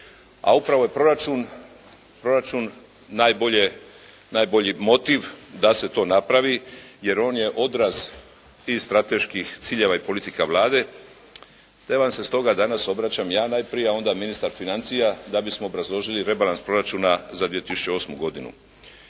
A upravo je proračun najbolji motiv da se to napravi, jer on je odraz i strateških ciljeva i politika Vlade te vam se stoga danas obraćam ja najprije, a onda ministar financija da bismo obrazložili rebalans proračuna za 2008. godinu.